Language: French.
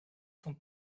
sont